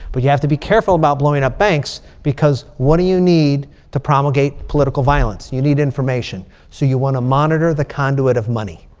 but you have to be careful about blowing up banks. because what do you need to promulgate political violence? you need information. so you want to monitor the conduit of money.